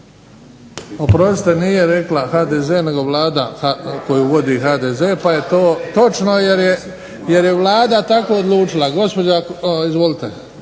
Oprostite, nije rekla HDZ nego Vlada koju vodi HDZ, pa je to točno jer je Vlada tako odlučila. Gospođo izvolite,